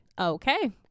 Okay